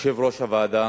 ליושב-ראש הוועדה,